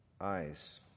eyes